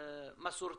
מסורתי,